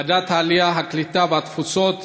ועדת העלייה, הקליטה והתפוצות,